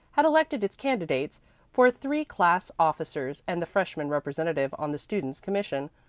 had elected its candidates for three class officers and the freshman representative on the students' commission,